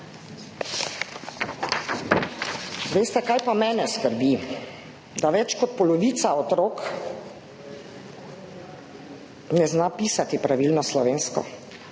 Veste, kaj pa mene skrbi? Da več kot polovica otrok ne zna pisati pravilno slovensko,